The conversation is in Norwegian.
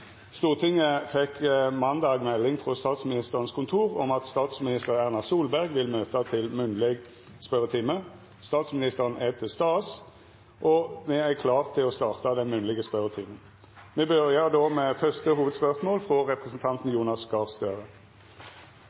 Stortinget fekk måndag melding frå Statsministerens kontor om at statsminister Erna Solberg vil møta til munnleg spørjetime. Statsministeren er til stades, og me er klare til å starta den munnlege spørjetimen. Me byrjar med første hovudspørsmål, frå representanten Jonas Gahr Støre.